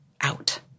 Out